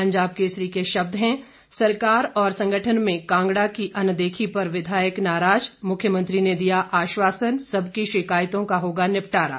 पंजाब केसरी के शब्द हैं सरकार और संगठन में कांगड़ा की अनदेखी पर विधायक नाराज मुख्यमंत्री ने दिया आश्वासन सबकी शिकायतों का होगा निपटारा